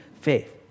faith